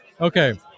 Okay